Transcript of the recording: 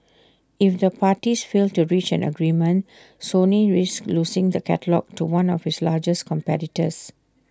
if the parties fail to reach an agreement Sony risks losing the catalogue to one of its largest competitors